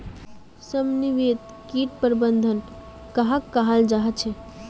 समन्वित किट प्रबंधन कहाक कहाल जाहा झे?